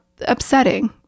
upsetting